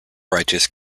righteous